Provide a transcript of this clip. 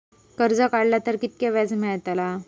कर्ज काडला तर कीतक्या व्याज मेळतला?